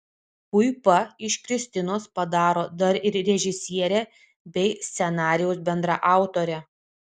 puipa iš kristinos padaro dar ir režisierę bei scenarijaus bendraautorę